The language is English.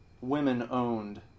women-owned